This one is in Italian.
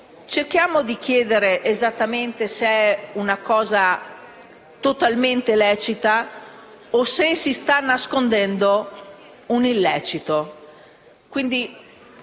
cerchiamo di capire esattamente se è totalmente lecito o se si sta nascondendo un illecito.